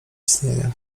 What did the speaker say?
istnienia